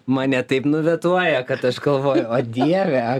mane taip nuvetuoja kad aš galvoju o dieve